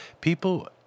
people